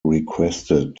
requested